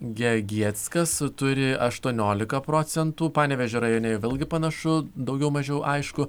gegieckas turi aštuoniolika procentų panevėžio rajone vėlgi panašu daugiau mažiau aišku